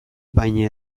baina